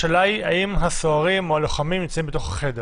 השאלה היא אם הסוהרים או הלוחמים נמצאים בתוך החדר?